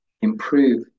improve